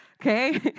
okay